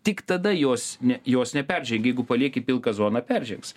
tik tada jos ne jos neperžengia jeigu palieki pilką zoną peržengs